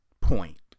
point